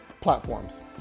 platforms